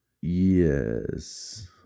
Yes